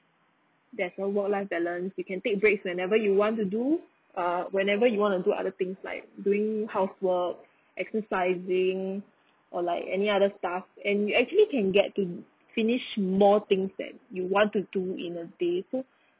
that's more work life balance you can take breaks whenever you want to do err whenever you want to do other things like doing housework exercising or like any other stuff and you actually can get to finish more things that you want to do in a day so